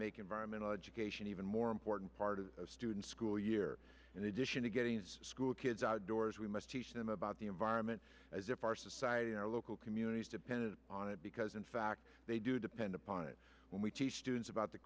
make environmental education even more important part of a student's school year in addition to getting school kids outdoors we must teach them about the environment as if our society and our local communities depended on it because in fact they do depend upon it when we teach students about the